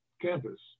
campus